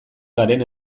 garen